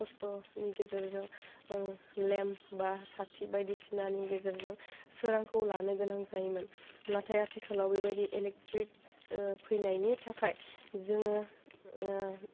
खस्थ'नि गेजेरजों ओं लेम्प बा साथि बायदिसिनानि गेजेरजों सोरांखौ लानो गोनां जायोमोन नाथाइ आथिखालाव बेबायदि इलेक्ट्रिक फैनायनि थाखाइ जोङो